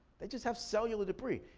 they just have cellular debris.